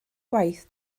gwaith